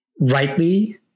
rightly